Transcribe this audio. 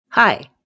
Hi